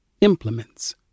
implements